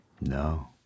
No